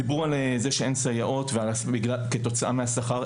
דיברו על זה שאין סייעות כתוצאה מהשכר.